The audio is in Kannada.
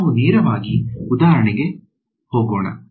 ನಾವು ನೇರವಾಗಿ ಉದಾಹರಣೆಗೆ ನೇರವಾಗಿ ಹೋಗೋಣ